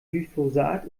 glyphosat